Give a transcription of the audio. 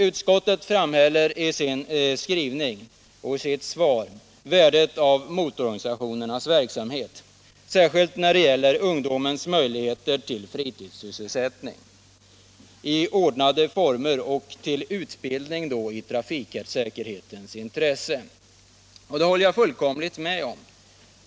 Utskottet framhåller i sin skrivning värdet av motororganisationernas verksamhet, särskilt när det gäller ungdomens möjligheter till fritidssysselsättning i ordnade former och utbildning i trafiksäkerhetens intresse. Det håller jag med om.